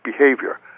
behavior